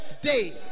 day